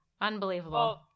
Unbelievable